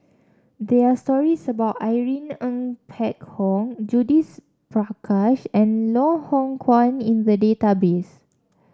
there are stories about Irene Ng Phek Hoong Judith Prakash and Loh Hoong Kwan in the database